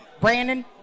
Brandon